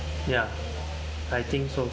ya I think so